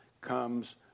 comes